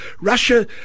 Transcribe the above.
Russia